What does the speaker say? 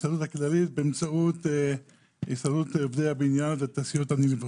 ולהסתדרות הכללית באמצעות הסתדרות עובדי הבניין והתעשיות המניבות.